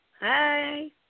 Hi